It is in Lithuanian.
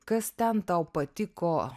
kas ten tau patiko